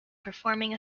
performing